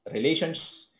Relationships